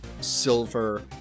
silver